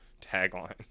tagline